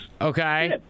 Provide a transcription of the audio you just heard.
Okay